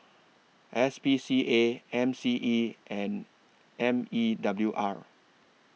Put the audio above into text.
S P C A M C E and M E W R